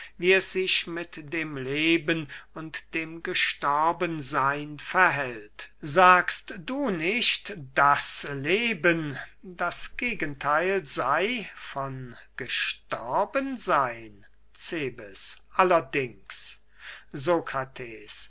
wie es sich mit dem leben und dem gestorben seyn verhält sagst du nicht daß leben das gegentheil sey von gestorben seyn cebes allerdings